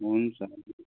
हुन्छ